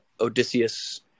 Odysseus